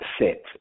set